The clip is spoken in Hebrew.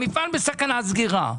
המפעל בסכנת סגירה.